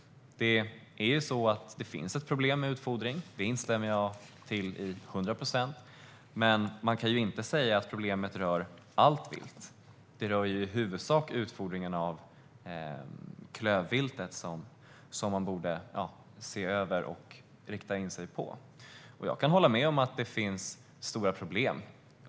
Jag instämmer till hundra procent i att det finns problem med utfodring, men problemet rör inte allt vilt. Det rör i huvudsak utfodringen av klövvilt, så det är detta man borde se över och rikta in sig på. Jag kan hålla med om att det finns problem.